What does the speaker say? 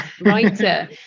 writer